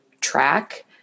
track